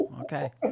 okay